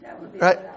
Right